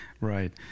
right